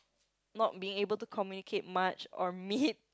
not being able to communicate much or meet